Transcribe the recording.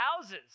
houses